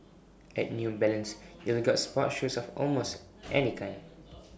at new balance you will get sports shoes of almost any kind